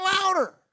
louder